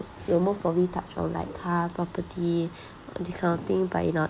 you most probably touch on like car property this kind of thing but you know